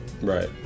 Right